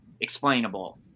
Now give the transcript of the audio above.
explainable